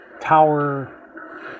tower